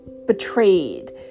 betrayed